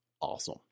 awesome